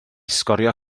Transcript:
sgorio